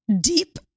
deep